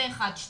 אנחנו